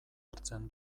hartzen